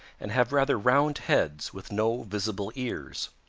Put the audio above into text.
and have rather round heads with no visible ears.